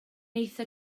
eithaf